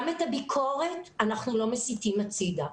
גם את הביקורת אנחנו לא מסיטים הצידה.